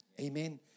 Amen